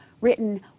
written